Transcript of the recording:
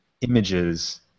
images